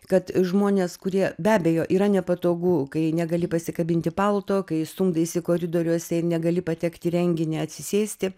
kad žmonės kurie be abejo yra nepatogu kai negali pasikabinti palto kai stumdaisi koridoriuose ir negali patekt į renginį atsisėsti